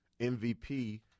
MVP